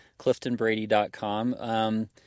cliftonbrady.com